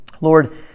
Lord